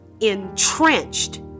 entrenched